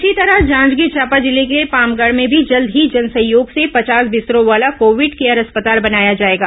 इसी तरह जांजगीर चांपा जिले के पामगढ़ में भी जल्द ही जन सहयोग से पचास बिस्तरों वाला कोविड केयर अस्पताल बनाया जाएगा